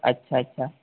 अच्छा अच्छा